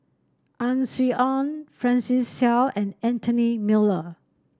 Ang Swee Aun Francis Seow and Anthony Miller